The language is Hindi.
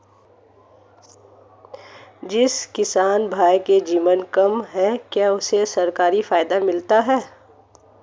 जिस किसान भाई के ज़मीन कम है क्या उसे सरकारी फायदा मिलता है?